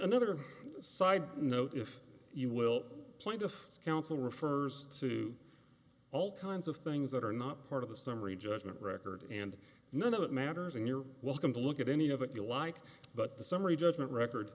another side note if you will plaintiff's counsel refers to all kinds of things that are not part of the summary judgment record and none of it matters and you're welcome to look at any of it you like but the summary judgment